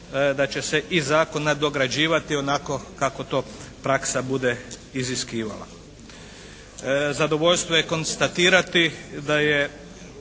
da će i zakon nadograđivati onako kako to praksa bude iziskivala. Zadovoljstvo je konstatirati da je